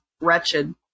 wretched